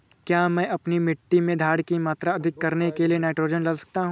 क्या मैं अपनी मिट्टी में धारण की मात्रा अधिक करने के लिए नाइट्रोजन डाल सकता हूँ?